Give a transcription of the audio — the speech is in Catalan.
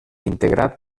integrat